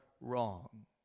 wrong